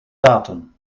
datum